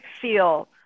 feel